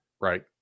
right